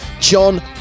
John